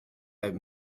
out